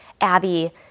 Abby